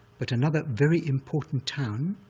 but another very important town,